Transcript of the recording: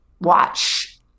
watch